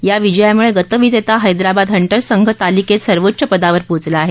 या विजयामुळं गतविजेता हैद्राबाद हंटरर्स संघ तालिकेत सर्वोच्च पदावर पोचला आहे